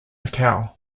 macau